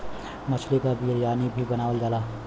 मछली क बिरयानी भी बनावल जाला